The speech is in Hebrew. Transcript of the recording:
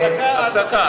הפסקה.